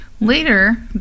Later